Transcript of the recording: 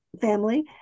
family